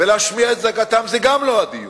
ולהשמיע את זעקתם, גם זה לא הדיון.